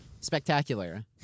Spectacular